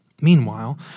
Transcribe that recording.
Meanwhile